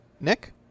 Nick